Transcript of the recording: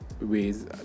ways